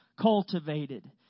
cultivated